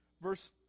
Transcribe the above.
Verse